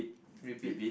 repeat